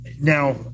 Now